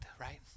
right